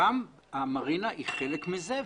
המרינה היא חלק מזה.